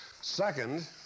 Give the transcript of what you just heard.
Second